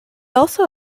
also